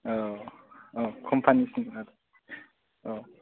औ औ कम्पानी औ